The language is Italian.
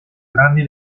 grandi